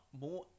more